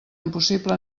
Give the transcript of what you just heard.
impossible